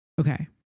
Okay